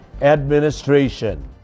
Administration